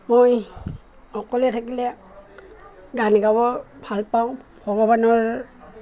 মই অকলে থাকিলে গান গাব ভালপাওঁ ভগৱানৰ